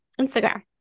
Instagram